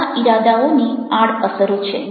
સારા ઈરાદાઓની આ આડ અસરો છે